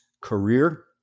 career